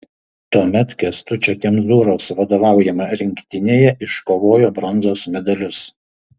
tuomet kęstučio kemzūros vadovaujama rinktinėje iškovojo bronzos medalius